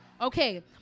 Okay